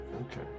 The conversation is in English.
okay